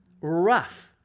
Rough